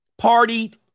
Partied